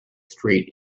street